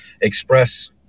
express